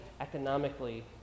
economically